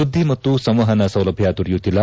ಸುದ್ದಿ ಮತ್ತು ಸಂವಹನ ಸೌಲಭ್ಯ ದೊರೆಯುತ್ತಿಲ್ಲ